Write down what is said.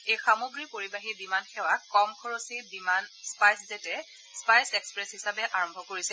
এই সামগ্ৰী পৰিবাহী বিমান সেৱা কম খৰচী বিমান স্পাইছ জেটে স্পাইছ এক্সপ্ৰেছ হিচাপে আৰম্ভ কৰিছে